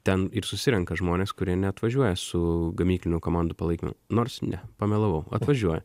ten ir susirenka žmonės kurie neatvažiuoja su gamyklinių komandų palaikymu nors ne pamelavau atvažiuoja